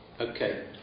Okay